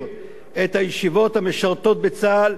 את הישיבות שתלמידיהן משרתים בצה"ל,